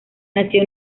nació